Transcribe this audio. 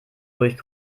durch